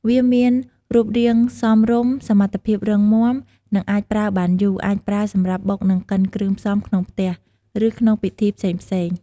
វាមានរូបរាងសមរម្យ សមត្ថភាពរឹងមាំ និងអាចប្រើបានយូរ អាចប្រើសម្រាប់បុកនិងកិនគ្រឿងផ្សំក្នុងផ្ទះ ឬក្នុងពិធីផ្សេងៗ។